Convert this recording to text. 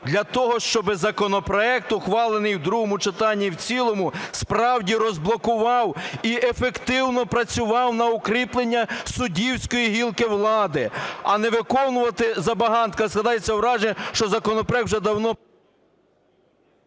для того щоби законопроект, ухвалений в другому читанні і в цілому, справді розблокував і ефективно працював на укріплення суддівської гілки влади, а не виконувати забаганки. Складається враження, що законопроект вже давно…